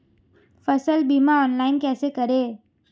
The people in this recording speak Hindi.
फसल बीमा ऑनलाइन कैसे करें?